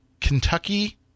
Kentucky